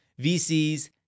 VCs